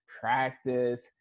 practice